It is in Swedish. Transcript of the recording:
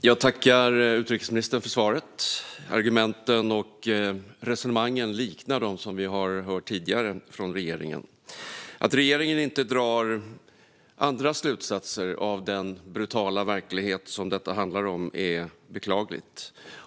Herr talman! Jag tackar utrikesministern för svaret. Argumenten och resonemangen liknar dem som vi har hört tidigare från regeringen. Att regeringen inte drar andra slutsatser av den brutala verklighet som detta handlar om är beklagligt.